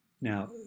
Now